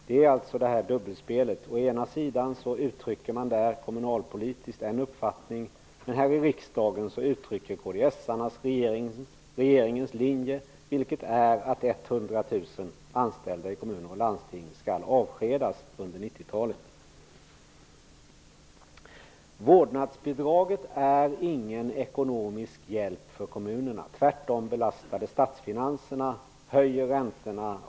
Det är ett dubbelspel: Kommunalpolitiskt uttrycker man en uppfattning, men här i riksdagens uttrycker kds:arna regeringens linje, vilket är att 100 000 Vårdnadsbidraget är ingen ekonomisk hjälp för kommunerna -- tvärtom belastar det statsfinanserna och höjer räntorna.